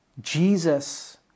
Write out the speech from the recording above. Jesus